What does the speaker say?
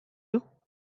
you